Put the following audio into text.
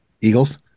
eagles